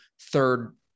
third